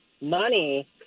money